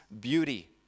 beauty